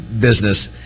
business